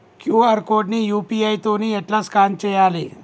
QR code ని UPI తోని ఎట్లా స్కాన్ చేయాలి?